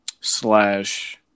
slash